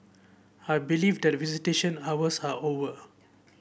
I believe that visitation hours are over